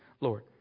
Lord